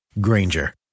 Granger